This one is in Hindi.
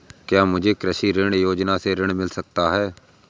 क्या मुझे कृषि ऋण योजना से ऋण मिल सकता है?